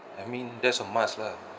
I mean that's a must lah